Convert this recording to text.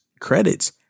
credits